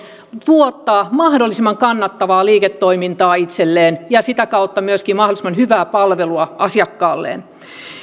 tuottaa mahdollisimman kannattavaa liiketoimintaa itselleen ja sitä kautta myöskin mahdollisimman hyvää palvelua asiakkaalleen